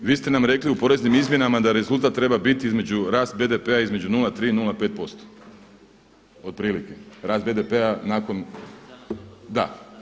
Vi ste nam rekli u poreznim izmjenama da rezultat treba biti između, rast BDP-a između 0,3 i 0,5% otprilike rast BDP-a nakon, da.